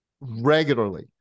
regularly